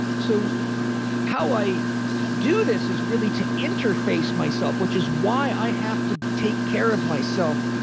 so how i do this is really to interface myself, which is why i have to take care of myself.